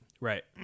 Right